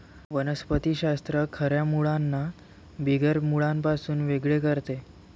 वनस्पति शास्त्र खऱ्या मुळांना बिगर मुळांपासून वेगळे करते